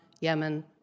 Yemen